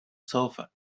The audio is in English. sofa